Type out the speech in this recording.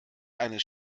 eines